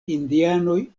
indianoj